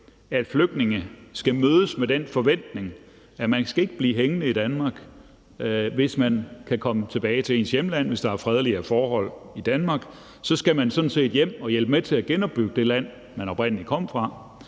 at flygtninge skal mødes med den forventning om, at de ikke skal blive hængende i Danmark, hvis de kan komme tilbage til deres hjemland. Hvis der er fredelige forhold, skal de sådan set hjem og hjælpe med til at genopbygge det land, de oprindelig kom fra,